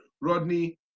Rodney